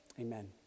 Amen